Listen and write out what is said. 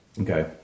Okay